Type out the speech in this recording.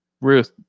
Ruth